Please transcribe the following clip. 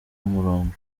umurongo